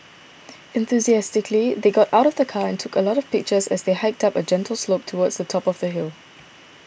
enthusiastically they got out of the car and took a lot of pictures as they hiked up a gentle slope towards the top of the hill